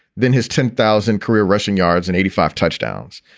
than his ten thousand career rushing yards and eighty five touchdowns.